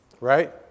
Right